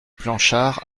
planchards